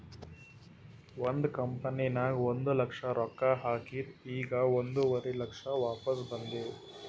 ಒಂದ್ ಕಂಪನಿನಾಗ್ ಒಂದ್ ಲಕ್ಷ ರೊಕ್ಕಾ ಹಾಕಿದ್ ಈಗ್ ಒಂದುವರಿ ಲಕ್ಷ ವಾಪಿಸ್ ಬಂದಾವ್